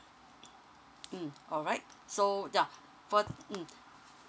mm alright so yeah for mm